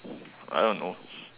I don't know